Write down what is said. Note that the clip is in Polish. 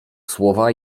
słowa